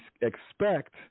expect